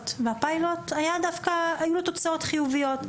ולפיילוט דווקא היו לו תוצאות חיוביות.